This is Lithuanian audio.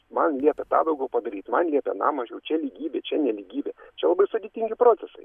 man liepė tą daugiau padaryt man liepė aną mažiau čia lygybė čia nelygybė čia labai sudėtingi procesai